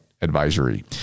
advisory